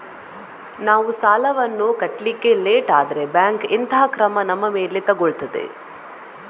ನಾವು ಸಾಲ ವನ್ನು ಕಟ್ಲಿಕ್ಕೆ ಲೇಟ್ ಆದ್ರೆ ಬ್ಯಾಂಕ್ ಎಂತ ಕ್ರಮ ನಮ್ಮ ಮೇಲೆ ತೆಗೊಳ್ತಾದೆ?